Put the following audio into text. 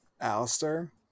Alistair